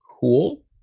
cool